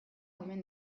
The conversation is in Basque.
omen